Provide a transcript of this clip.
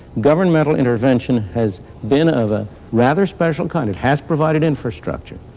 governmental intervention has been of a rather special kind. it has provided infrastructure.